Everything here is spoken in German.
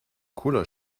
cooler